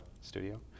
studio